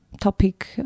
topic